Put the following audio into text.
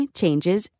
changes